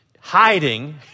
hiding